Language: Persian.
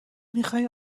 میخوای